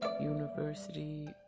University